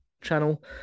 channel